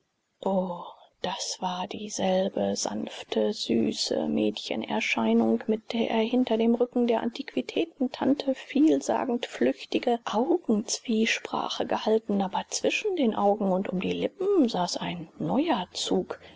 o das war dieselbe sanfte süße mädchenerscheinung mit der er hinter dem rücken der antiquitätentante vielsagend flüchtige augenzwiesprache gehalten aber zwischen den augen und um die lippen saß ein neuer zug